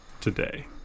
today